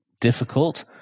difficult